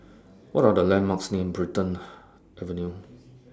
What Are The landmarks near Brighton Avenue